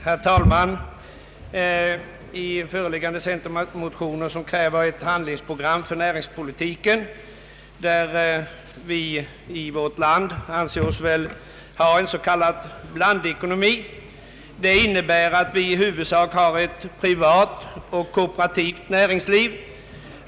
Herr talman! I föreliggande likalydande centermotioner krävs ett handlingsprogram för näringspolitiken. Vi anser oss i vårt land ha en s.k. blandekonomi, vilket innebär att vi i huvudsak har ett privat och ett kooperativt näringsliv.